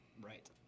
Right